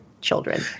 Children